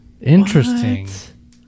Interesting